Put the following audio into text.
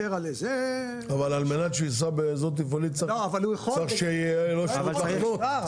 אבל על מנת שייסע באזור תפעולי צריך שיהיה --- צריך גרר.